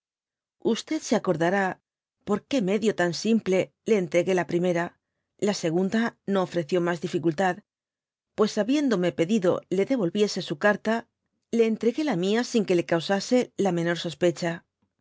se acordará por que medio tan simple le entregué la primera la segunda no ofreció mas difícultad pucs habiéndome pedido le devolviese su carta le entregnó u mia sin que le causase la dby google menor sospecha